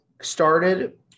started